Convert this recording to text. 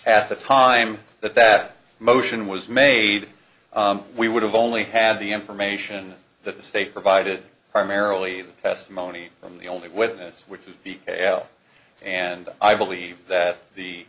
half the time that that motion was made we would have only had the information that the state provided primarily the testimony from the only witness which would be and i believe that the